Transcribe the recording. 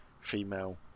female